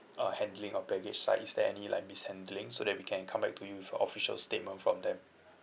uh handling of baggage side is there any like mishandling so that we can come back to you with a official statement from them